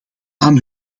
aan